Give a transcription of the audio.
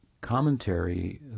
commentary